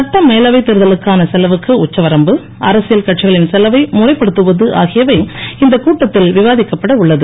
சட்ட மேலவை தேர்தலுக்கான செலவுக்கு உச்சவரம்பு அரசியல் கட்சிகளின் செலவை முறைப்படுத்துவது ஆகியவை இந்தக் கூட்டத்தில் விவாதிக்கப்பட உள்ளது